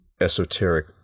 esoteric